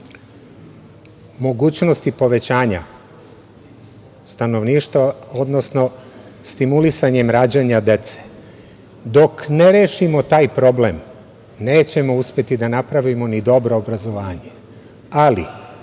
mogućnosti povećanja stanovništva, odnosno stimulisanjem rađanja dece. Dok ne rešimo taj problem nećemo uspeti da napravimo ni dobro obrazovanje. Ali,